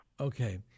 okay